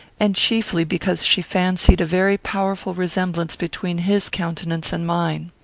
and chiefly because she fancied a very powerful resemblance between his countenance and mine.